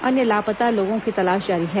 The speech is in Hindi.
अन्य लापता लोगों की तलाश जारी है